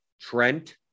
Trent